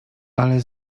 ale